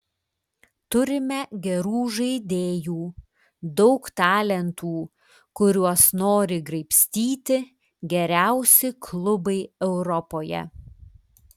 turime gerų žaidėjų daug talentų kuriuos nori graibstyti geriausi klubai europoje